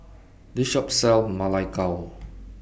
This Shop sells Ma Lai Gao